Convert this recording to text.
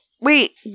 wait